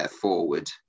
forward